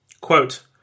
Quote